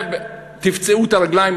תפצעו את הרגליים,